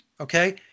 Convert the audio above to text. Okay